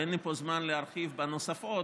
ואין לי פה זמן להרחיב בנוספות,